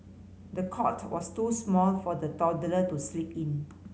the cot was too small for the toddler to sleep in